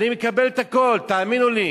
אני מקבל את הכול, תאמינו לי.